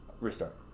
Restart